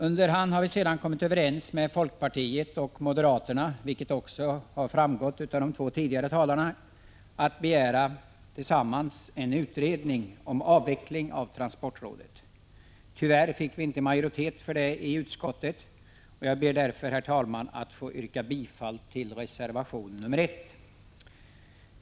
Under hand har vi sedan kommit överens med folkpartiet och moderaterna - vilket också framgått av de två tidigare talarna — att begära en utredning om avveckling av transportrådet. Tyvärr fick vi inte majoritet för detta i utskottet, och jag ber, herr talman, att få yrka bifall till reservation nr 1.